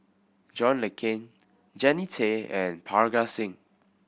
John Le Cain Jannie Tay and Parga Singh